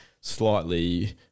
slightly